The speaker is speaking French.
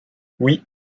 oui